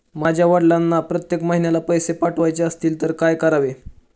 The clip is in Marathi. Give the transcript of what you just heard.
माझ्या वडिलांना प्रत्येक महिन्याला पैसे पाठवायचे असतील तर काय करावे?